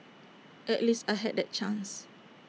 at least I had that chance